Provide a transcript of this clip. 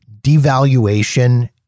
devaluation